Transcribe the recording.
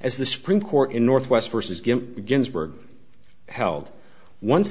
as the supreme court in northwest versus jim ginsburg held once